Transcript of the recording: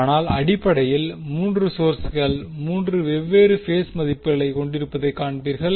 எனவே அடிப்படையில் 3 சோர்ஸ்கள் 3 வெவ்வேறு பேஸ் மதிப்புகளைக் கொண்டிருப்பதைக் காண்பீர்கள்